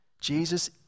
Jesus